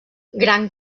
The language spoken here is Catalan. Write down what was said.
gran